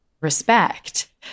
respect